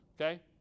okay